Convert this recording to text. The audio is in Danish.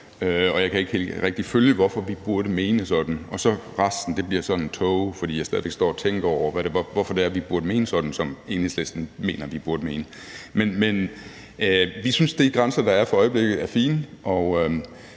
Jeg kan ikke rigtig følge, hvorfor vi burde mene sådan, og resten bliver lidt en tåge, fordi jeg stadig væk står og tænker over, hvorfor det er, at vi burde mene sådan, som Enhedslisten mener at vi burde mene. Vi synes, at de grænser, der er for øjeblikket, er fine,